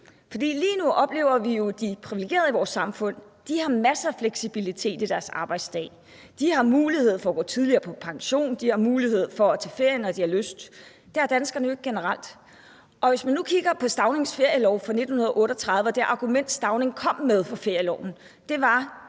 lige nu oplever vi, at de privilegerede i vores samfund har masser af fleksibilitet i deres arbejdsdag. De har mulighed for at gå tidligere på pension, og de har mulighed for at tage ferie, når de har lyst. Det har danskerne jo ikke generelt. Og hvis man nu kigger på Staunings ferielov fra 1938 og det argument, Stauning kom med for ferieloven og